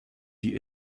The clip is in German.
die